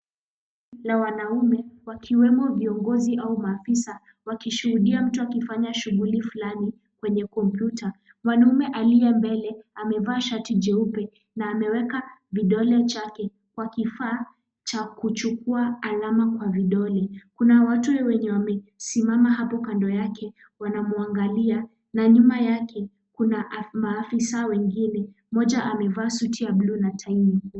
Kuna wanaume wakiwemo viongozo au maafisa wakishuhudia mtu akifanya shughuli fulani kwenye kompyuta. Mwanaume aliye mbele amevaa shati jeupe na ameweka vidole chake kwa kifaa cha kuchukua alama kwa vidole. Kuna watu wamesimama hapo kando yake, wana mwangalia na nyuma yake kuna maafisaa wengine, mmoja amevaa suti ya buluu na tai nyekundu.